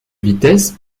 vitesse